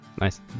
Nice